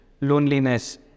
loneliness